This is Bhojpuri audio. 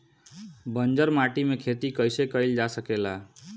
बंजर माटी में खेती कईसे कईल जा सकेला?